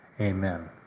Amen